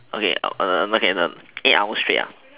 okay err okay the eight hours straight ah